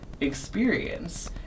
experience